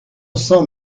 sang